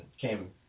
came